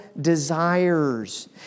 desires